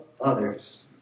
others